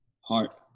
Heart